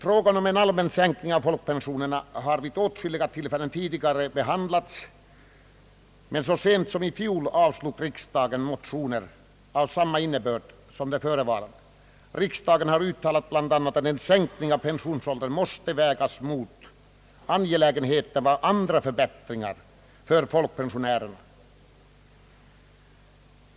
Frågan om en allmän sänkning av folkpensionsåldern har vid åtskilliga tidigare tillfällen behandlats, men så sent som i fjol avslog riksdagen motioner av samma innebörd som de förevarande. Riksdagen har bl.a. uttalat att en sänkning av pensionsåldern måste vägas mot angelägenheten av andra förbättringar för folkpensionärerna.